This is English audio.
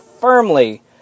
firmly